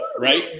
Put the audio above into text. right